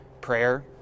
prayer